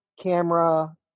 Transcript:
camera